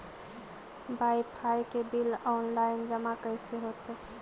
Wifi के bill online जमा कैसे होतै?